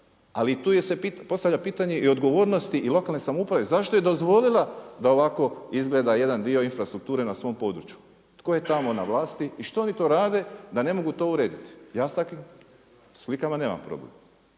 Ali tu se postavlja pitanje i odgovornosti i lokalne samouprave zašto je dozvolila da ovako izgleda jedan dio infrastrukture na svom području. Tko je tamo na vlasti i što oni to rade da ne mogu to urediti? Ja s takvim slikama nemam problem.